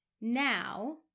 Now